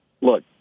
look